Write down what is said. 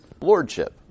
lordship